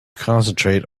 concentrate